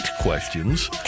questions